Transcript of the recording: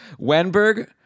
wenberg